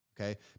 okay